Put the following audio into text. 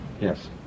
Yes